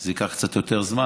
שזה ייקח קצת יותר זמן,